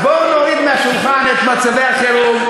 אז בואו נוריד מהשולחן את מצבי החירום,